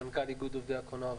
מנכ"ל איגוד עובדי הקולנוע,